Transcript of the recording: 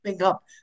up